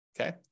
okay